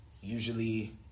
usually